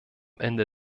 ende